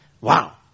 Wow